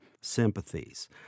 sympathies